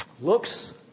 looks